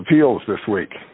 appeals this week